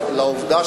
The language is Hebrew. אל תיתן לו עשר